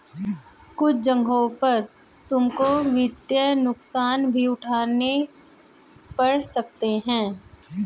कुछ जगहों पर तुमको वित्तीय नुकसान भी उठाने पड़ सकते हैं